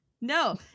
No